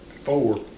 Four